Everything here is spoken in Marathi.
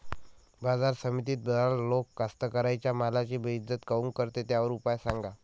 बाजार समितीत दलाल लोक कास्ताकाराच्या मालाची बेइज्जती काऊन करते? त्याच्यावर उपाव सांगा